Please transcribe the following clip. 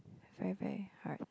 very very hard